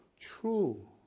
true